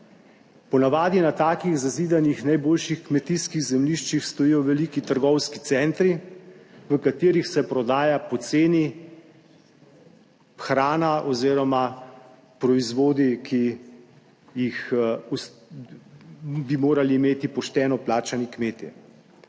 Ponavadi na takih zazidanih najboljših kmetijskih zemljiščih stojijo veliki trgovski centri, v katerih se prodaja poceni hrana oziroma proizvodi, ki bi jih morali imeti pošteno plačani kmetje.